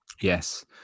yes